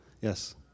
Yes